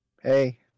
hey